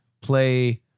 Play